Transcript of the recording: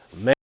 Man